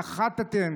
סחטתם,